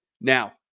Now